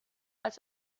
als